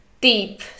deep